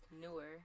newer